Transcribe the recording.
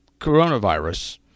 coronavirus